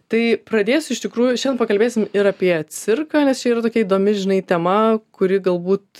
tai pradėsiu iš tikrųjų šiandien pakalbėsim ir apie cirką nes čia yra tokia įdomi žinai tema kuri galbūt